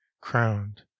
crowned